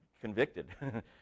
convicted